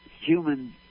human